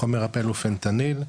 החומר הפעיל הוא פנטניל,